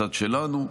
הצד שלנו,